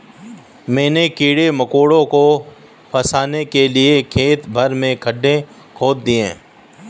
मैंने कीड़े मकोड़ों को फसाने के लिए खेत भर में गड्ढे खोद दिए हैं